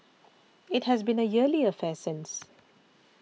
it has been a yearly affair since